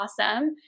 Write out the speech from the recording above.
awesome